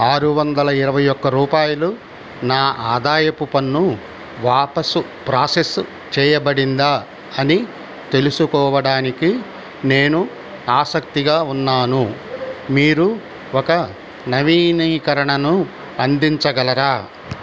ఆరు వందల ఇరవై ఒక్క రూపాయలు నా ఆదాయపు పన్ను వాపసు ప్రాసెస్ చేయబడిందా అని తెలుసుకోవడానికి నేను ఆసక్తిగా ఉన్నాను మీరు ఒక నవీకరణను అందించగలరా